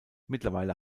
mittlerweile